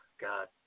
God